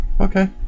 Okay